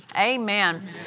Amen